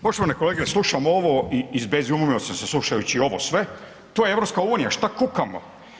Poštovane kolege, slušam ovo i izbezumio sam se slušajući ovo sve, to je EU, šta kukamo?